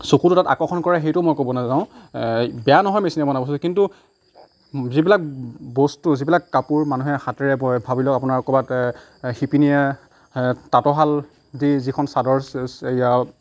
চকুতোৱে আকৰ্ষণ কৰে সেইটোও মই ক'ব নাযাওঁ বেয়া নহয় মেচিনে বনোৱা বস্তুটো কিন্তু যিবিলাক বস্তু যিবিলাক কাপোৰ মানুহে হাতেৰে বয় ভাবি লওক আপোনাৰ ক'ৰবাত শিপিনীয়ে তাঁতৰ শাল দি যিখন চাদৰ এয়া